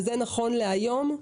וזה נכון להיום?